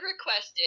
requested